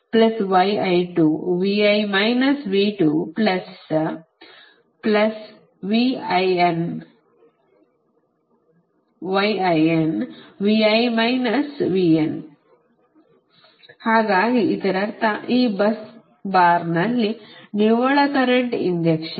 ಆದ್ದರಿಂದ ಹಾಗಾಗಿ ಇದರರ್ಥ ಈ bus ಬಾರ್ನಲ್ಲಿ ನಿವ್ವಳ ಕರೆಂಟ್ ಇಂಜೆಕ್ಷನ್